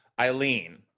Eileen